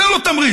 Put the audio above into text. תן לו תמריץ.